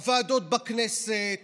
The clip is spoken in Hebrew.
הוועדות בכנסת